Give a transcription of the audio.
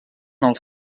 els